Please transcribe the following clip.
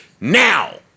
now